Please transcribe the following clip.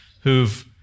who've